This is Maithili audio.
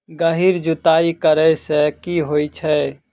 गहिर जुताई करैय सँ की होइ छै?